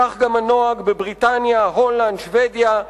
כך גם הנוהג בבריטניה, הולנד, שבדיה.